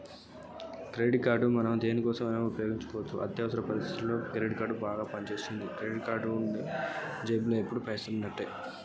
Credit card మనం దేనికోసం ఉపయోగించుకోవచ్చు?